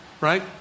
Right